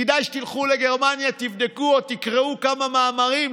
כדאי שתלכו לגרמניה ותבדקו, או תקראו כמה מאמרים.